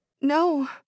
No